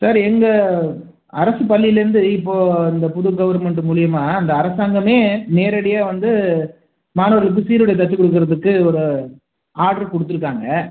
sir எங்கள் அரசு பள்ளியிலேருந்து இப்போது இந்த புது கவர்மெண்ட்டு மூலயமா இந்த அரசாங்கமே நேரடியாக வந்து மாணவர்களுக்கு சீருடை தச்சு கொடுக்குறதுக்கு ஒரு ஆடரு கொடுத்துருக்காங்க